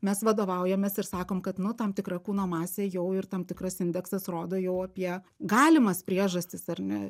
mes vadovaujamės ir sakom kad nu tam tikra kūno masė jau ir tam tikras indeksas rodo jau apie galimas priežastis ar ne